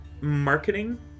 marketing